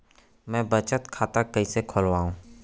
मै बचत खाता कईसे खोलव?